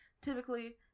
typically